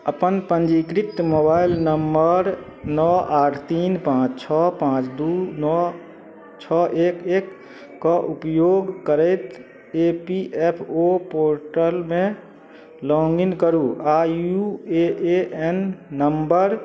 अपन पञ्जीकृत mobile number नओ आठ तीन पाँच छओ पाँच दुइ नओ छओ एक एकके उपयोग करैत ई पी एफ ओ पोर्टलमे लॉगिन करू आओर यू ए एन नम्बर